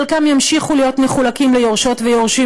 חלקם ימשיכו להיות מחולקים ליורשות ויורשים,